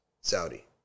Saudi